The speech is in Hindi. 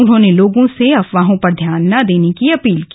उन्होंने लोगों से अफवाहों पर ध्यान न देने की अपील की